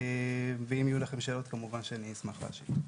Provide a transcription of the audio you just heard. ואם יהיו לכם שאלות כמובן שאני אשמח להשיב.